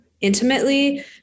intimately